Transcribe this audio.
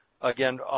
Again